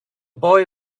boy